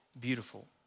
beautiful